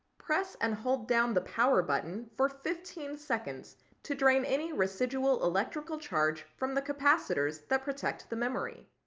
press and hold down the power button for fifteen seconds to drain any residual electrical charge from the capacitors that protect the memory.